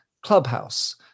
clubhouse